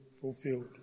fulfilled